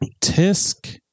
Tisk